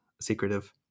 secretive